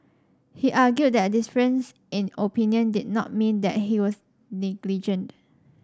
he argued that difference in opinion did not mean that he was negligent